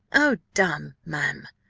oh, damme, ma'am,